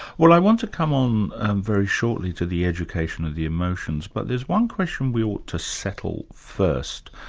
well, i want to come on very shortly to the education of the emotions, but there's one question we ought to settle first.